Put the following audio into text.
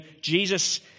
Jesus